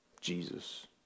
Jesus